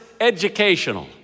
educational